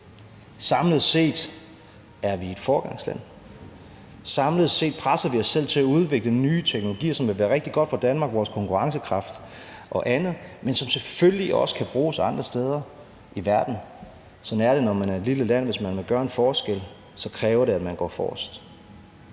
Samlet set er vi et foregangsland. Samlet set presser vi os selv til at udvikle nye teknologier, som vil være rigtig godt for Danmark og for vores konkurrencekraft og andet, men som selvfølgelig også kan bruges andre steder i verden. Sådan er det, når man er et lille land: Hvis man vil gøre en forskel, kræver det, at man går forrest.